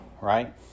right